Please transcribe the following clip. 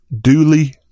Duly